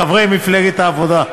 חברי מפלגת העבודה,